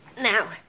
Now